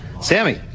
Sammy